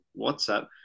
whatsapp